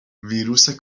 ویروس